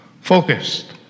focused